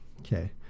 Okay